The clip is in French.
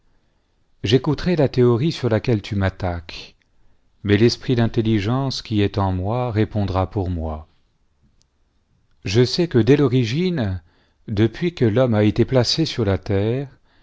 j'écouterai la théorie sur laquelle tu m'attaques mais l'esprit d'intelligence qui est en moi répondra pour moi je sais que dès l'origine depuis que riiomme a été placé sur la terre